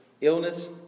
Illness